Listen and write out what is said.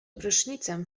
prysznicem